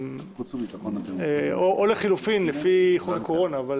או לחלופין לפי חוק הקורונה.